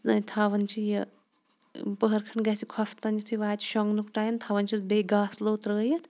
نےَ تھاوان چھِ یہِ پٔہَر کھَنٛڈ گَژھِ خۅفتَن یُتھُے واتہِ شۄنٛگنُک ٹایِم تھاوان چھِس بیٚیہِ گاسہٕ لوو ترٛٲوِتھ